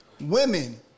Women